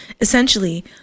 Essentially